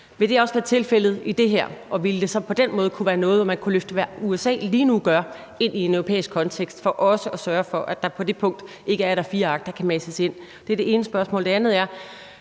Vil det også være tilfældet her, og vil det så på den måde kunne være noget, hvor man kunne løfte, hvad USA lige nu gør, ind i en europæisk kontekst for også at sørge for, at der på det punkt ikke er et A4-ark, der kan mases ind? Det er det ene spørgsmål. Det andet